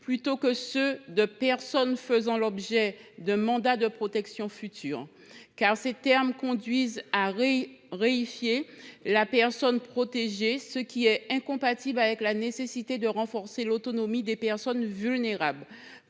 plutôt qu’à ceux de personnes « faisant l’objet » d’un mandat de protection future, qui tendent à réifier la personne protégée, ce qui est incompatible avec la nécessité de renforcer l’autonomie des personnes vulnérables.